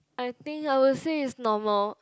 I think I will say is normal